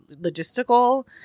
logistical